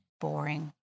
boring